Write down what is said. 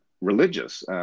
religious